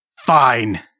fine